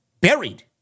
Buried